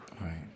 Right